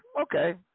Okay